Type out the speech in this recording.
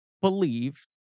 believed